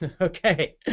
Okay